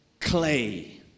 clay